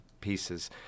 pieces